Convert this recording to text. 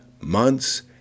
months